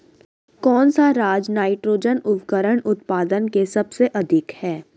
कौन सा राज नाइट्रोजन उर्वरक उत्पादन में सबसे अधिक है?